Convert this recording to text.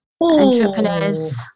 entrepreneurs